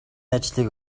ажлыг